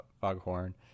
foghorn